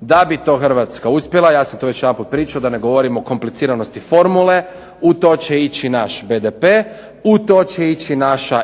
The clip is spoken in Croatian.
Da bi to Hrvatska uspjela, ja sam to već jedanput pričao, da ne govorim o kompliciranosti formule, u to će ići naš BDP, u to će ići naša